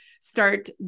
start